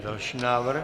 Další návrh.